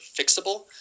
fixable